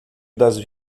das